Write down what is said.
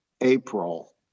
April